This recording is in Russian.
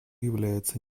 является